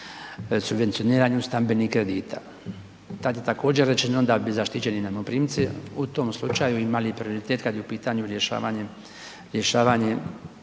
subvencioniranju stambenih kredita. Tad je također rečeno da bi zaštićeni najmoprimci u tom slučaju imali prioritet kad je u pitanju rješavanje